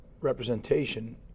representation